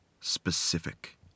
specific